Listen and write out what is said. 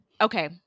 okay